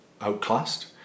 outclassed